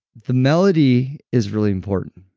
the melody is really important.